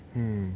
hmm